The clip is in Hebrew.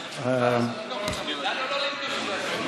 אותנו לא לימדו את זה.